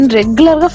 regular